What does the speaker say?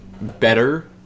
better